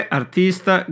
artista